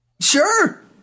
sure